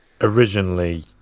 Originally